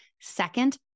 Second